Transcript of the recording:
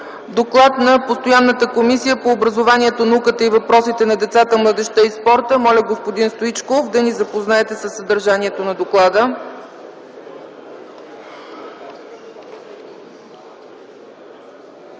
доклад на постоянната Комисия по образованието, науката и въпросите на децата, младежта и спорта. Господин Стоичков, моля да ни запознаете със съдържанието на доклада.